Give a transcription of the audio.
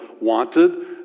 wanted